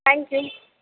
thank you